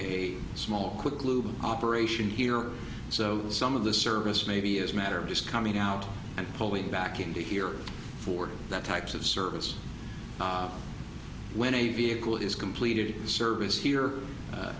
a small quick lube operation here so some of the service may be as a matter of just coming out and pulling back into here for the types of service when a vehicle is completed service